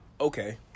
Okay